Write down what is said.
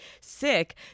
sick